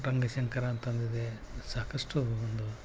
ರಂಗಶಂಕರ ಅಂತ ಒಂದಿದೆ ಸಾಕಷ್ಟು ಒಂದು